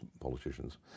politicians